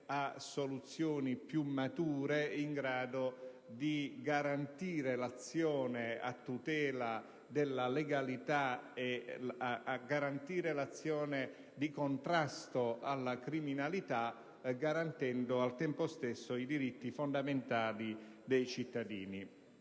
a soluzioni più mature, in grado di garantire l'azione a tutela della legalità e di contrasto alla criminalità, salvaguardando al tempo stesso i diritti fondamentali dei cittadini.